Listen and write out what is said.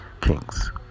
kings